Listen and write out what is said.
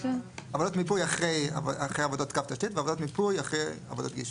עבודות מיפוי אחרי עבודת קו תשתית ועבודת מיפוי אחרי עבודת גישוש.